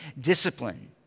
discipline